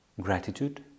gratitude